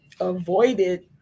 Avoided